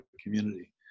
community